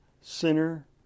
sinner